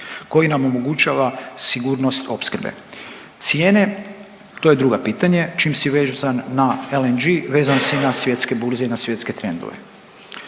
koji nam omogućava sigurnost opskrbe. Cijene to je drugo pitanje. Čim si vezan na LNG vezan si na svjetske burze i na svjetske trendove.